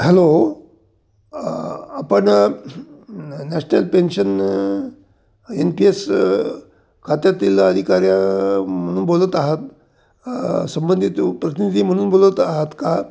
hello आपण national pension N P S खात्यातील अधिकाऱ्या म्हणून बोलत आहात संबंधित प्रतिनिधी म्हणून बोलत आहात का